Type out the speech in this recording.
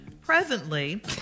Presently